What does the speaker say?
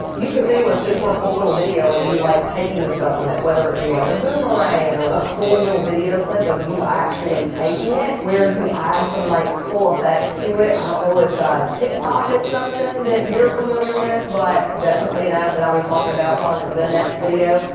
you could do a super cool little video of you like taking the supplement whether it be like a boomerang or a cool little video clip of you actually taking it where you add some like cool effects to it i don't know if ah tik-tok is something that you're familiar with but definitely enough that i'll be talking about on the next video.